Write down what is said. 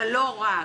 אבל לא רק.